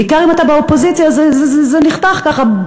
בעיקר אם אתה באופוזיציה, זה נחתך ככה,